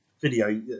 video